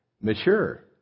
Mature